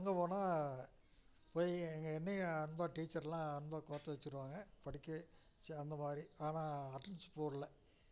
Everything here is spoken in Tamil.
அங்கே போனால் போய் அங்கே என்னையும் அன்பாக டீச்சர்லாம் அன்பாக கோர்த்து வச்சிடுவாங்க படிக்க வச்சு அந்தமாதிரி ஆனால் அட்டனன்ஸ் போடலை